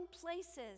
places